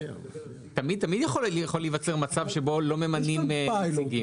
תמיד יכול להיווצר מצב שבו לא ממנים נציגים.